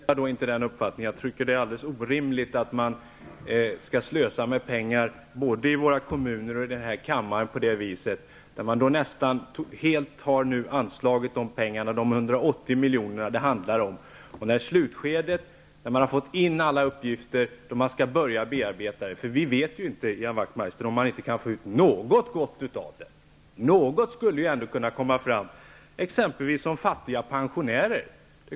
Herr talman! Jag delar inte den uppfattningen. Jag tycker att det är alldeles orimligt att man skall slösa med pengar på det viset, både i våra kommuner och i den här kammaren. De 180 miljoner det handlar om har nästan helt anslagits, slutskedet har nåtts, man har fått in alla uppgifter och skall börja bearbeta dem. Vi vet inte, Ian Wachtmeister, om man inte kan få ut något gott av materialet. Något skulle ändå kunna komma fram, exempelvis om fattiga pensionärer.